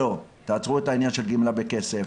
תעצרו את העניין של גימלה בכסף,